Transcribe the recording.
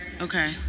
Okay